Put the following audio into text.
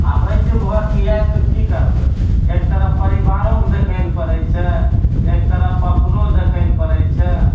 आबैत छियै घरके याद तऽ की करबै एक तरफ परिबारोके देखै लऽ पड़ैत छै एक तरफ अपनो देखै लऽ पड़ैत छै